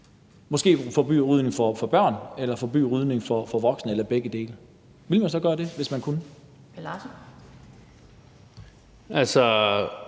måske forbyde rygning for børn eller for voksne eller for begge dele? Ville man gøre det, hvis man kunne?